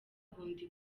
bundi